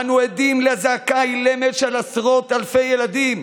אנו עדים לזעקה האילמת של עשרות אלפי ילדים.